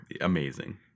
amazing